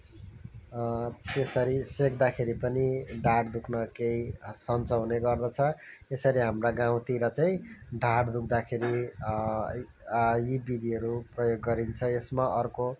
त्यसरी सेक्दाखेरि पनि ढाड दुख्न केही सन्चो हुने गर्दछ यसरी हाम्रो गाउँतिर चैँ ढाड दुख्दा खेरि यी विधिहरू प्रयोग गरिन्छ यसमा अर्को